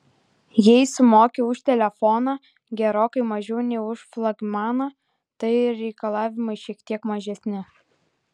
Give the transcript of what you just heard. jei sumoki už telefoną gerokai mažiau nei už flagmaną tai ir reikalavimai šiek tiek mažesni